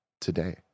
today